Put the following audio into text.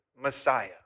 Messiah